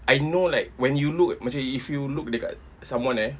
I know like when you look macam if you look dekat someone eh